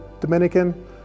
Dominican